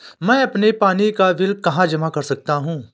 मैं अपने पानी का बिल कहाँ जमा कर सकता हूँ?